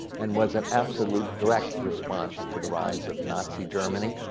and was an absolute direct response to the rise of nazi germany.